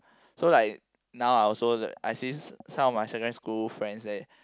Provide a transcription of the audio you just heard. so like now I also I see some of my secondary school friends then